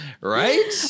Right